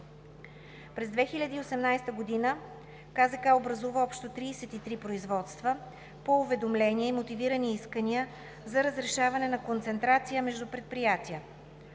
През 2018 г. КЗК образува общо 33 производства по уведомления и мотивирани искания за разрешаване на концентрация между предприятия.